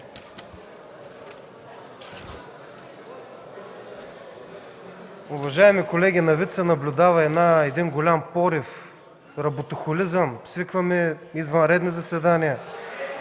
Уважаеми колеги, на вид се наблюдава един голям порив, работохолизъм, свикваме и извънредни заседания